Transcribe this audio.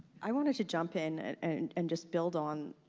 i wanted to jump in and and and just build on,